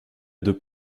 deux